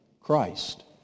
Christ